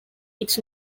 its